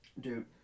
Dude